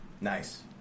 Nice